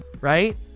right